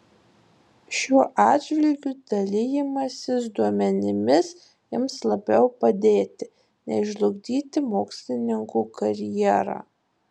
šiuo atžvilgiu dalijimasis duomenimis ims labiau padėti nei žlugdyti mokslininkų karjerą